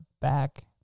back